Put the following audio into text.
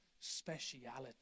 speciality